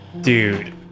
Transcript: Dude